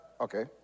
Okay